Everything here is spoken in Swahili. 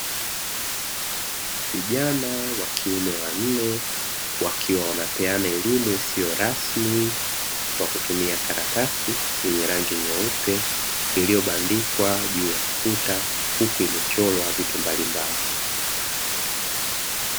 Vijana wa kiume wanne wakiwa wanapeana elimu isiyo rasmi kwa kutumia karatasi yenye rangi nyeupe, iliyobandikwa juu ya ukuta huku imechorwa vitu mbalimbali.